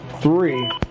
three